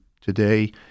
today